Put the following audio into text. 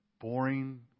boring